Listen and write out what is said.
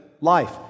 life